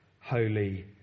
holy